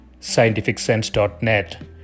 scientificsense.net